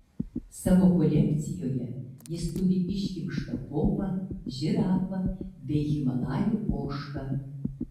savo kolekcijoje jis turi iškimštą povą žirafą bei himalajų ožką